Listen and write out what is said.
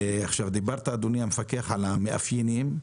דיברת, אדוני המפקח, על המאפיינים.